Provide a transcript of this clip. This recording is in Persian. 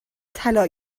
طلا